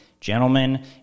gentlemen